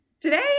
Today